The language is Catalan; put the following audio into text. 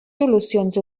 solucions